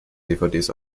dvds